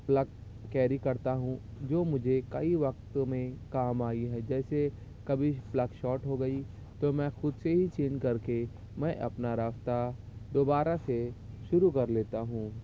پلک کیری کرتا ہوں جو مجھے کئی وقتوں میں کام آئی ہے جیسے کبھی فلک شاٹ ہو گئی تو میں خود سے ہی چینج کر کے میں اپنا راستہ دوبارہ سے شروع کر لیتا ہوں